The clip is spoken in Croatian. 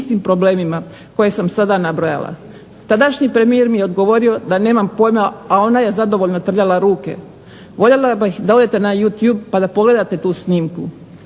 istim problemima koje sam sada nabrojala. Tadašnji premijer mi je odgovorio da nemam pojma, a ona je zadovoljno trljala ruke. Voljela bih da odete na Youtube pa da pogledate tu snimku.